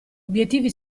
obiettivi